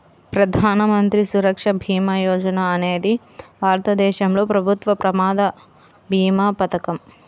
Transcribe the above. ప్రధాన మంత్రి సురక్ష భీమా యోజన అనేది భారతదేశంలో ప్రభుత్వ ప్రమాద భీమా పథకం